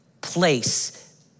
place